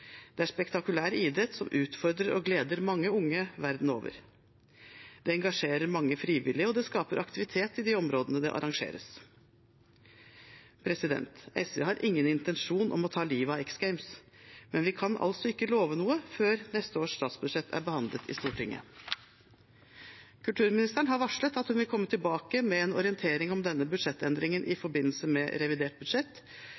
Det er spektakulær idrett som utfordrer og gleder mange unge verden over. Det engasjerer mange frivillige, og det skaper aktivitet i de områdene det arrangeres. SV har ingen intensjon om å ta livet av X Games, men vi kan altså ikke love noe før neste års statsbudsjett er behandlet i Stortinget. Kulturministeren har varslet at hun vil komme tilbake med en orientering om denne budsjettendringen i